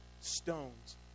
stones